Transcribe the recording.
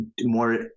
more